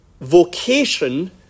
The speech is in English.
vocation